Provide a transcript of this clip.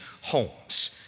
homes